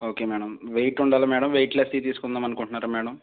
okay madam wait ఉండాలా madam wait లెస్ది తీసుకుందామనుకున్నారా మ్యాడం